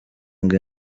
ngo